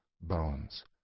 bones